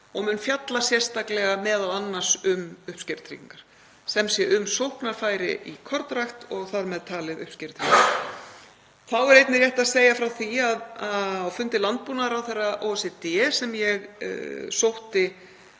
og mun fjalla sérstaklega m.a. um uppskerutryggingar, sem sé um sóknarfæri í kornrækt og þar með talið uppskerutryggingar. Þá er einnig rétt að segja frá því að á fundi landbúnaðarráðherra OECD, sem ég sótti